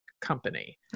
company